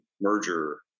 merger